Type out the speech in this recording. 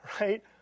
right